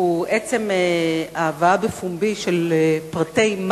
הוא עצם ההבאה בפומבי של הפרטים,